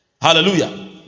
hallelujah